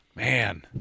Man